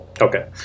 Okay